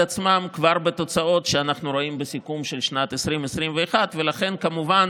עצמם כבר בתוצאות שאנחנו רואים בסיכום של שנת 2021. ולכן כמובן